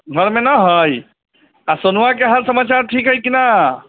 घरमे न हइ आ सोनमा के हाल समाचार ठीक हइ की नहि